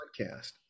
podcast